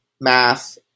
math